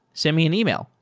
send me an email,